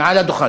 מעל הדוכן.